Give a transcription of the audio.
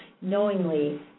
knowingly